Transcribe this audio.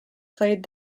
played